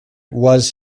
was